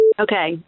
Okay